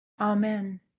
amen